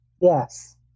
Yes